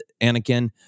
Anakin